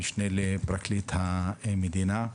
המשנה לפרקליט המדינה.